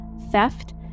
theft